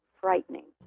frightening